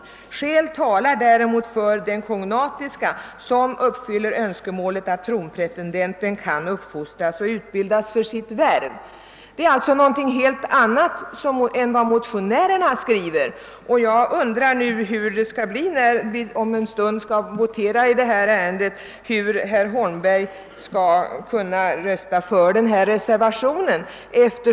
Skäl talar däremot för den kognatiska, som uppfyller önskemålet att tronpretendenten kan uppfostras och utbildas för sitt värv.» Det är sålunda något helt annat än vad reservanterna har skrivit. Jag undrar hur det kommer att gå när vi om en stund skall votera i detta ärende. Hur skall herr Holm berg då kunna rösta för reservationen?